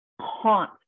haunt